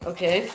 Okay